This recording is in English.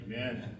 amen